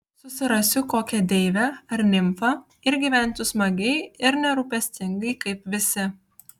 susirasiu kokią deivę ar nimfą ir gyvensiu smagiai ir nerūpestingai kaip visi